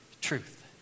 truth